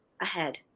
ahead